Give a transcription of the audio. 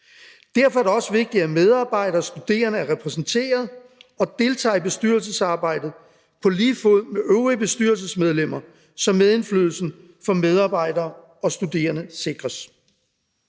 Derfor er det også vigtigt, at medarbejdere og studerende er repræsenteret og deltager i bestyrelsesarbejdet på lige fod med øvrige bestyrelsesmedlemmer, så medindflydelsen for medarbejdere og studerende sikres.